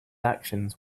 actions